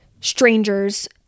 strangers